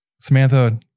Samantha